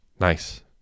Nice